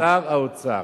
היועץ של שר האוצר.